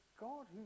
God